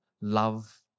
love